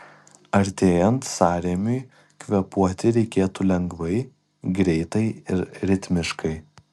artėjant sąrėmiui kvėpuoti reiktų lengvai greitai ir ritmiškai